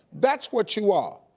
that's what you are.